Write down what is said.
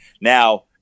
now